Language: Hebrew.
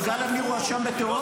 יגאל עמיר הואשם בטרור?